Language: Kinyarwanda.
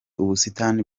ubusitani